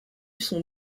son